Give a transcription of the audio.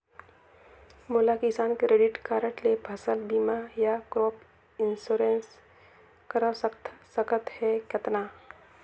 मोला Kisan credit card ले फसल बीमा या क्रॉप इंश्योरेंस करवा सकथ हे कतना?